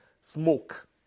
smoke